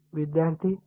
विद्यार्थी एन